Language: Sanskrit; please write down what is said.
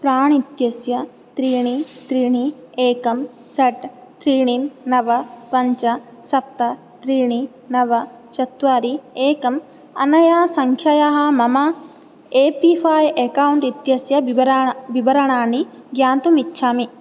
प्राण् इत्यस्य त्रीणि त्रीणि एकं षट् त्रीणि नव पञ्च सप्त त्रीणि नव चत्वारि एकम् अनया सङ्ख्यया मम ए पी फै अकौण्ट् इत्यस्य विवार विवरणानि ज्ञातुमिच्छामि